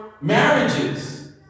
marriages